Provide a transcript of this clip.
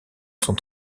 sont